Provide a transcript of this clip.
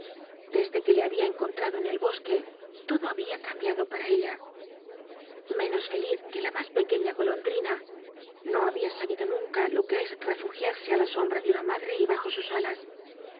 desde que le habia encontrado en el bosque todo habia cambiado para ella menos feliz que la mas pequeña golondrina no habia sabido nunca lo que es refugiarse á la sombra de una madre y bajo sus alas